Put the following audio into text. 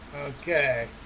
okay